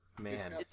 Man